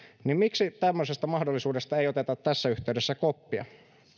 niin miksi tämmöisestä mahdollisuudesta ei oteta tässä yhteydessä koppia